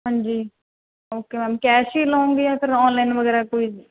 ਹਾਂਜੀ okay ma'am cash ਹੀ ਲਉਂਗੇ ਜਾਂ ਫਿਰ ਔਨਲਾਈਨ ਵਗੈਰਾ ਕੋਈ